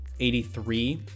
83